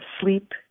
sleep